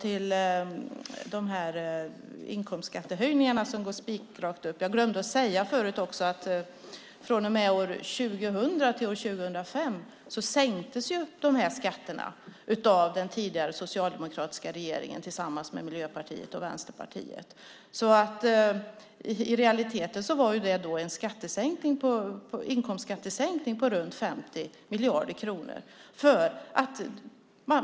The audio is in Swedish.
Inkomstskattehöjningarna går ju spikrakt upp, men jag glömde säga förut att från och med år 2000 till år 2005 sänktes de här skatterna av den tidigare socialdemokratiska regeringen tillsammans med Miljöpartiet och Vänsterpartiet. I realiteten var det en inkomstskattesänkning på runt 50 miljarder kronor.